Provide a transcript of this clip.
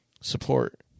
support